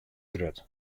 grut